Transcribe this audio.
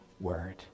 word